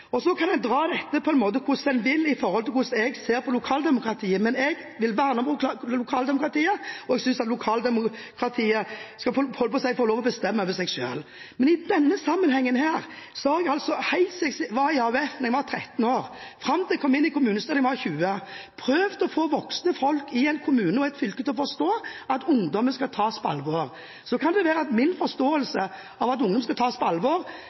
Så kan en dra dette på en måte hvordan en vil, når det gjelder hvordan jeg ser på lokaldemokratiet, men jeg vil verne om lokaldemokratiet, og jeg synes at lokaldemokratiet skal få lov til å bestemme over seg selv. Men i denne sammenhengen har jeg altså – helt siden jeg var i AUF da jeg var 13 år, og fram til jeg kom inn i kommunestyret da jeg var 20 – prøvd å få voksne folk i en kommune og i et fylke til å forstå at ungdommen skal tas på alvor. Så kan det være at jeg, med min forståelse av at ungdom skal tas på alvor,